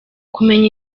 kumenya